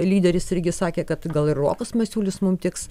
lyderis irgi sakė kad gal ir rokas masiulis mum tiks